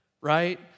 right